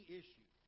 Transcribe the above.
issue